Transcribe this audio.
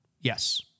Yes